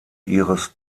ihres